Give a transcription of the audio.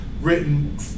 written